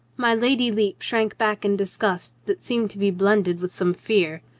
my lady lepe shrank back in disgust that seemed to be blended with some fear.